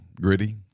gritty